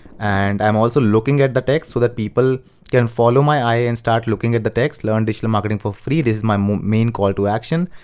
and i'm also looking at the text, so that people can follow my eye and start looking at the text, learn digital marketing for free. this is my main call to action,